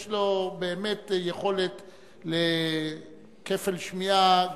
יש לו באמת יכולת לכפל שמיעה,